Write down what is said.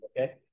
okay